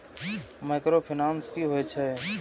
Micro finance कि होई छै?